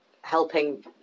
helping